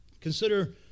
Consider